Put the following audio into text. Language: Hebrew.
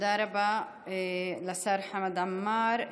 תודה רבה לשר חמד עמר.